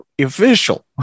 Official